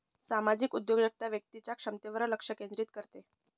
सामाजिक उद्योजकता व्यक्तीच्या क्षमतेवर लक्ष केंद्रित करते